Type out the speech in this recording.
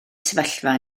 sefyllfa